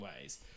ways